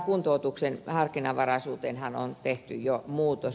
kuntoutuksen harkinnanvaraisuuteenhan on tehty jo muutos